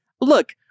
Look